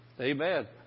Amen